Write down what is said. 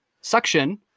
suction